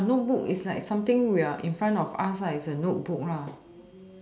notebook it's like something in front of us lah it's like notebook